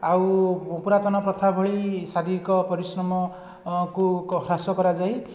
ଆଉ ପୁରାତନ ପ୍ରଥା ଭଳି ଶାରୀରିକ ପରିଶ୍ରମକୁ ହ୍ରାସ କରାଯାଇ